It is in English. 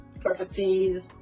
properties